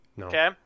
okay